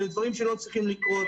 אלה דברים שלא צריכים לקרות.